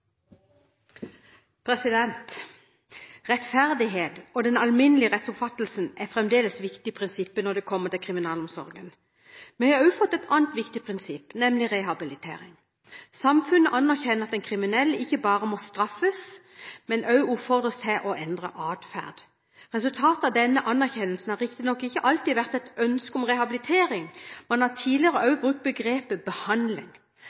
fremdeles viktige prinsipper når det kommer til kriminalomsorgen. Vi har også fått et annet viktig prinsipp, nemlig rehabilitering. Samfunnet anerkjenner at en kriminell ikke bare må straffes, men også oppfordres til å endre adferd. Resultatet av denne anerkjennelsen har riktignok ikke alltid vært et ønske om rehabilitering. Man har tidligere